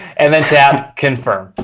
and then tap confirm.